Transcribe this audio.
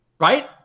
Right